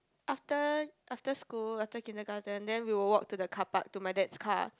after after school after kindergarten then we will walk to the car park to my dad's car